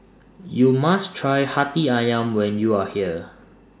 YOU must Try Hati Ayam when YOU Are here